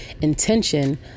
intention